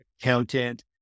accountant